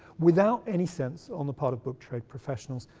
without any sense, on the part of book trade professionals,